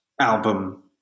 album